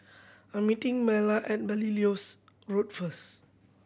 I meeting Myla at Belilios Road first